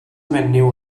menyw